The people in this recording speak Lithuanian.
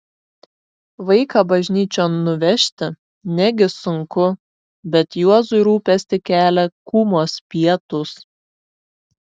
vaiką bažnyčion nuvežti negi sunku bet juozui rūpestį kelia kūmos pietūs